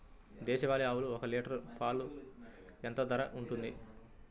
దేశవాలి ఆవులు ఒక్క లీటర్ పాలు ఎంత ధర ఉంటుంది?